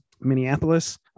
Minneapolis